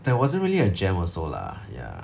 there wasn't really a jam also lah ya